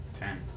ten